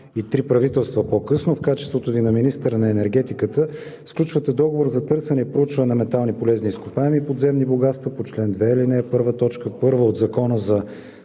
и три правителства по-късно, в качеството Ви на министър на енергетиката сключвате договор за търсене и проучване на метални полезни изкопаеми – подземни богатства по чл. 2, ал. 1, т. 1 от Закона за